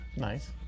Nice